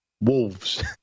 Wolves